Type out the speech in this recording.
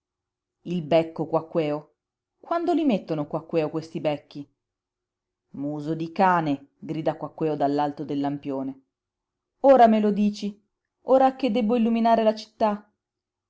il becco quaquèo quando li mettono quaquèo questi becchi muso di cane grida quaquèo dall'alto del lampione ora me lo dici ora che debbo illuminare la città